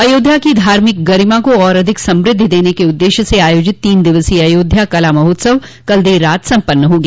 अयोध्या की धार्मिक गरिमा को और अधिक समृद्धि दने के उददेश्य से आयोजित तीन दिवसीय अयोध्या कला महोत्सव कल देर रात सम्पन्न हो गया